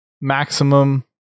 maximum